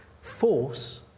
force